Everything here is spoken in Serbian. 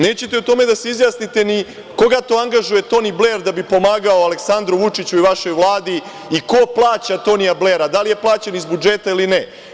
Nećete o tome da se izjasnite ni koga to angažuje Toni Bler da bi pomagao Aleksandru Vučiću i vašoj Vladi i ko plaća Tonija Blera, da li je plaćen iz budžeta ili ne.